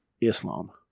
Islam